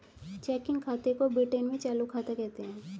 checking खाते को Britain में चालू खाता कहते हैं